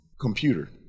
computer